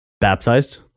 baptized